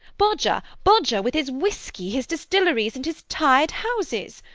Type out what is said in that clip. bodger, bodger, with his whisky, his distilleries, and his tied houses?